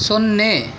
ಸೊನ್ನೆ